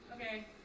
Okay